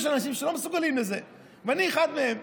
יש אנשים שלא מסוגלים לזה, ואני אחד מהם.